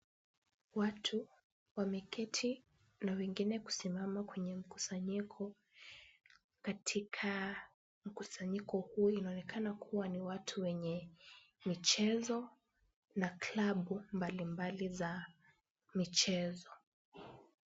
Watu wameketi na wengine kusimama kwenye mkusanyiko. Katika mkusanyiko huu inaonekana kuwa ni watu wenye michezo na klabu mbali mbali za michezo.